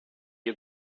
you